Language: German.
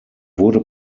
wurde